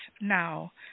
now